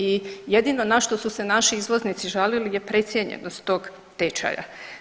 I jedino na što su se naši izvoznici žalili je precijenjenost tog tečaja.